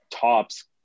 tops